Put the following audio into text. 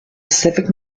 pacific